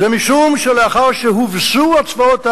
זה שלאחר שהובסו הצבאות הערביים,